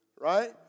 right